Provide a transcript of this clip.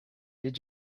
did